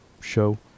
show